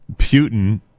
Putin